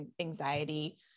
anxiety